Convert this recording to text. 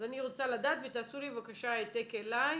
רוצה לדעת ותעשו לי בבקשה העתק אלי,